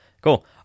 Cool